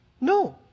No